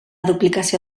duplicació